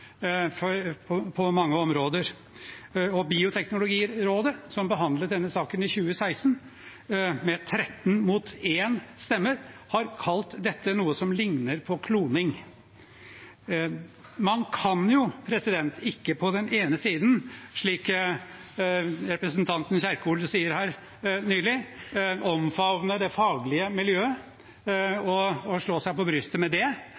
på mange områder. Og Bioteknologirådet, som behandlet denne saken i 2016, med 13 mot 1 stemme, har kalt dette noe som ligner på kloning. Man kan jo ikke på den ene siden – som representanten Kjerkol sa her nylig – omfavne det faglige miljøet og slå seg på brystet med det